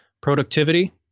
Productivity